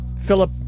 Philip